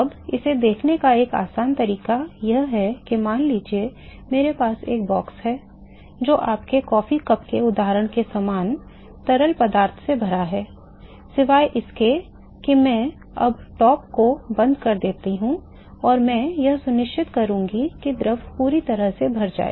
अब इसे देखने का एक आसान तरीका यह है कि मान लीजिए मेरे पास एक बॉक्स है जो आपके कॉफी कप के उदाहरण के समान तरल पदार्थ से भरा है सिवाय इसके कि मैं अब शीर्ष को बंद कर देता हूं और मैं यह सुनिश्चित करूंगा कि द्रव पूरी तरह से भर जाए